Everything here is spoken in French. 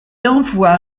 envoie